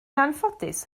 anffodus